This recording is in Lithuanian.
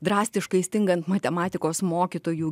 drastiškai stingant matematikos mokytojų